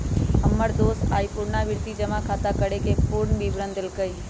हमर दोस आइ पुरनावृति जमा खताके पूरे विवरण देलक